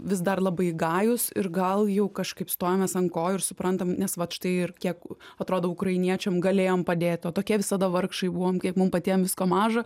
vis dar labai gajūs ir gal jau kažkaip stojamės ant kojų ir suprantam nes vat štai ir kiek atrodo ukrainiečiam galėjom padėt o tokie visada vargšai buvom kiek mum patiem visko maža